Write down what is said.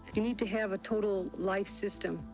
you need to have a total life-system,